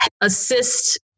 assist